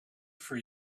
for